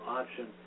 option